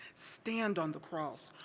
stand on the cross,